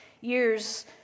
years